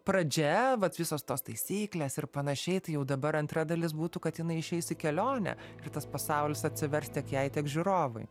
pradžia vat visos tos taisyklės ir panašiai jau dabar antra dalis būtų kad jinai išeis į kelionę ir tas pasaulis atsivers tiek jai tiek žiūrovui